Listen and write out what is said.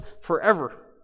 forever